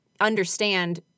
understand